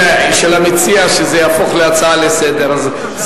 של המציע שזה יהפוך להצעה לסדר-היום,